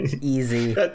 easy